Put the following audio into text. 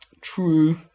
True